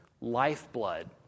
lifeblood